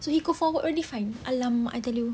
so he go forward already fine !alamak! I tell you